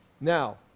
now